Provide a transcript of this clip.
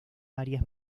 varias